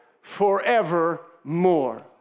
forevermore